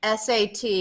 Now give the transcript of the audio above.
SAT